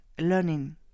learning